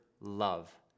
love